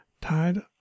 tied